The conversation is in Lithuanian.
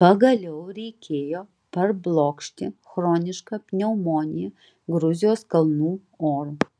pagaliau reikėjo parblokšti chronišką pneumoniją gruzijos kalnų oru